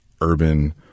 urban